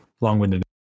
long-winded